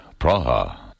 Praha